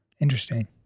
Interesting